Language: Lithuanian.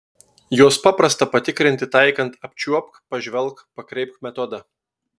juos paprasta patikrinti taikant apčiuopk pažvelk pakreipk metodą